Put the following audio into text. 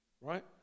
Right